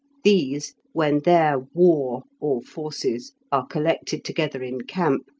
these, when their war, or forces, are collected together in camp,